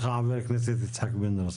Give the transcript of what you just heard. זכות הדיבור לחבר הכנסת יצחק פינדרוס.